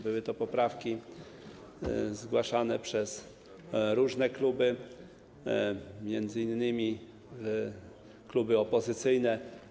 Były to poprawki zgłaszane przez różne kluby, m.in. kluby opozycyjne.